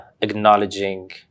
acknowledging